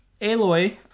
Aloy